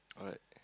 alright